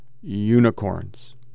unicorns